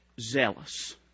zealous